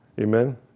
Amen